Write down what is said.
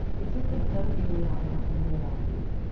it's just that it doesn't usually line up with their values.